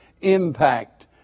impact